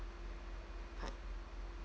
bye